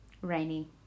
Rainy